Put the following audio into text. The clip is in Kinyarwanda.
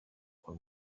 kwa